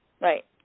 Right